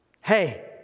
Hey